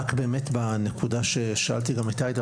רק הערה אחת בנקודה עליה שאלתי את עאידה